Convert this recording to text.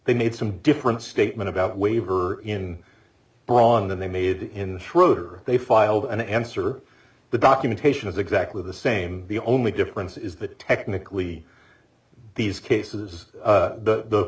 they need some different statement about waiver in brawn than they made in the schroder they filed an answer the documentation is exactly the same the only difference is that technically these cases the th